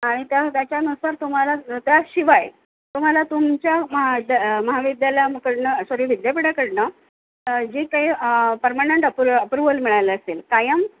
आणि त्या त्याच्यानुसार तुम्हाला त्या शिवाय तुम्हाला तुमच्या महाविद्या महाविद्यालयाकडून सॉरी विद्यापीठाकडून जी काही पर्मनंट अप्रु अप्रुवल मिळालं असेल कायम